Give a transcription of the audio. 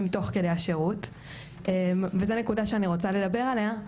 תוך כדי השירות וזה נקודה שאני רוצה לדבר עליה,